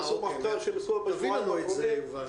עשו מחקר בשבועיים האחרונים.